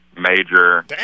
major